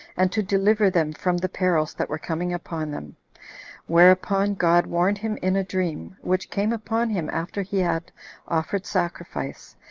and to deliver them from the perils that were coming upon them whereupon god warned him in a dream, which came upon him after he had offered sacrifice,